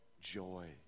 joy